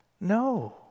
No